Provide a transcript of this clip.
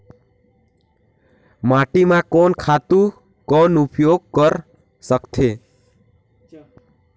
माटी म कोन खातु कौन उपयोग कर सकथन?